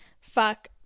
fuck